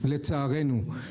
לצערנו,